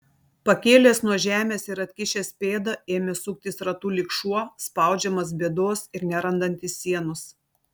pakėlęs nuo žemės ir atkišęs pėdą ėmė suktis ratu lyg šuo spaudžiamas bėdos ir nerandantis sienos